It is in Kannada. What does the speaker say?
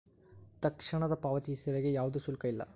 ತಕ್ಷಣದ ಪಾವತಿ ಸೇವೆಗೆ ಯಾವ್ದು ಶುಲ್ಕ ಇಲ್ಲ